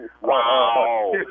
Wow